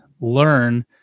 learn